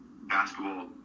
basketball